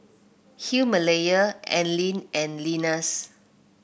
Himalaya Anlene and Lenas